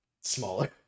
smaller